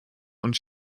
und